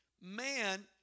man